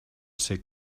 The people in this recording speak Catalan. ser